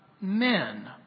men